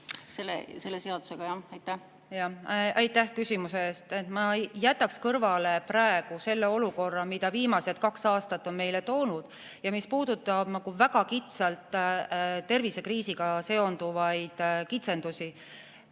sealt nõu ja abi saamine. Aitäh küsimuse eest! Ma jätaks kõrvale praegu selle olukorra, mille viimased kaks aastat on meile toonud ja mis puudutab väga kitsalt tervisekriisiga seonduvaid kitsendusi,